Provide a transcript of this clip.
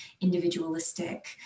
individualistic